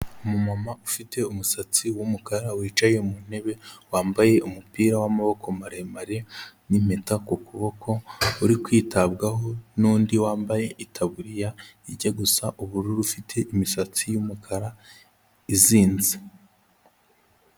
Umumama ufite umusatsi w'umukara wicaye mu ntebe, wambaye umupira w'amaboko maremare n'impeta ku kuboko, uri kwitabwaho n'undi wambaye itaburiya ijya gusa ubururu ufite imisatsi y'umukara izinze.